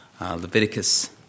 Leviticus